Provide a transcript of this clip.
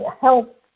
help